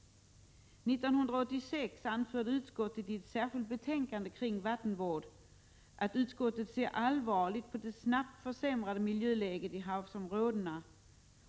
1986 anförde utskottet i ett särskilt betänkande kring vattenvård: ”Utskottet ser allvarligt på det snabbt försämrade miljöläget i havsområdena.